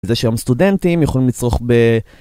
זה שהיום הסטודנטים יכולים לצרוך ב...